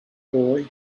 boy